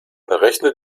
berechne